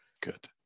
Good